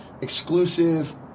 exclusive